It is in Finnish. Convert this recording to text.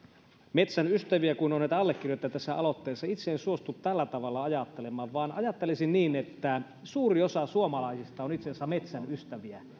metsän ystäviä kuin on allekirjoittajia tässä aloitteessa itse en suostu tällä tavalla ajattelemaan vaan ajattelisin että suuri osa suomalaisista on itse asiassa metsän ystäviä